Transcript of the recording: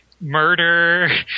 murder